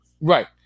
Right